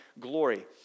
glory